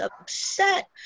upset